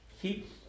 keep